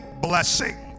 Blessing